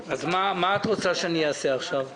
מה את רוצה שאני אעשה עכשיו?